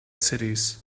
cities